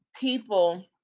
people